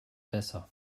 besser